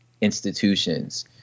institutions